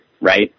right